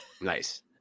Nice